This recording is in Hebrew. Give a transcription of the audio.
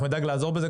אנחנו נדאג לעזור בזה.